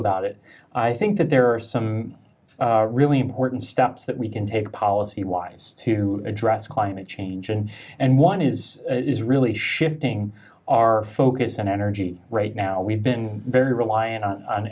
about it i think that there are some really important steps that we can take policy wise to address climate change and and one is is really shifting our focus and energy right now we've been very reliant on